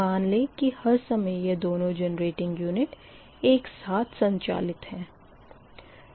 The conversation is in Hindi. मान लें कि हर समय यह दोनों जेनरेटिंग यूनिट एक साथ संचालित है